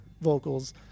vocals